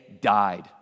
died